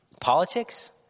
Politics